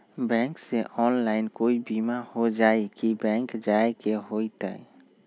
Bank से online कोई बिमा हो जाई कि बैंक जाए के होई त?